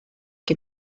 que